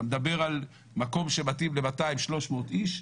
אתה מדבר על מקום שמתאים ל-200,300 איש,